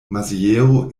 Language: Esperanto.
maziero